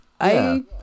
I-